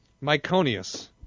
Myconius